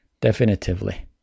definitively